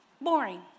Boring